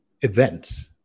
events